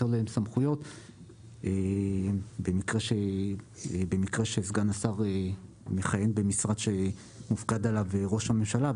להם סמכויות במקרה שסגן השר מכהן במשרד שמופקד עליו ראש הממשלה,